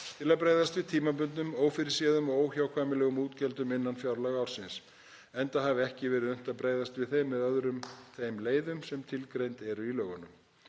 til að bregðast við tímabundnum, ófyrirséðum og óhjákvæmilegum útgjöldum innan fjárlagaársins, enda hafi ekki verið unnt að bregðast við þeim með öðrum þeim leiðum sem tilgreindar eru í lögunum.